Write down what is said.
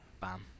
bam